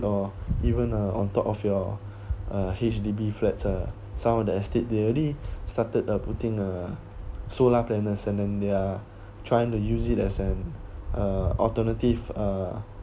or even uh on top of your uh H_D_B flats are some of the estate they already started uh putting a solar panels and and they're trying to use it as an uh alternative uh